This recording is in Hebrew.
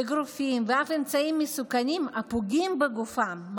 אגרופים ואף אמצעים מסוכנים הפוגעים בגופם,